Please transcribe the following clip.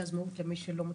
למי שלא מכיר,